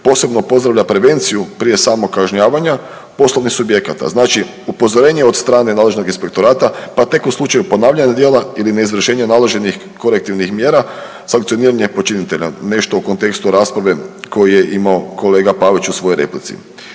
posebno pozdravlja prevenciju prije samog kažnjavanja poslovnih subjekata. Znači, upozorenje od strane nadležnog inspektorata pa tek u slučaju ponavljanja djela ili neizvršenja naloženih korektivnih mjera sankcioniranje počinitelja. Nešto u kontekstu rasprave koju je imao kolega Pavić u svojoj replici.